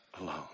alone